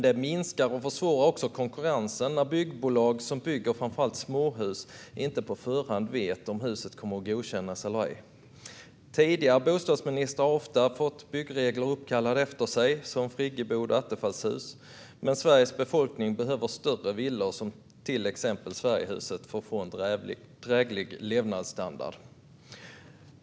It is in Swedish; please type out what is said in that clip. Det minskar och försvårar också konkurrensen när byggbolag som bygger framför allt småhus inte på förhand vet om huset kommer att godkännas eller ej. Tidigare bostadsministrar har ofta fått byggregler uppkallade efter sig, som friggebod och attefallshus. Men Sveriges befolkning behöver större villor, som till exempel Sverigehuset, för att få en dräglig levnadsstandard.